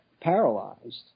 paralyzed